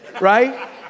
right